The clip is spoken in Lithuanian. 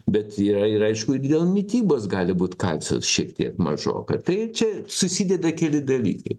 bet jei ir aišku ir dėl mitybos gali būt kalcio šiek tiek mažoka tai čia susideda keli dalykai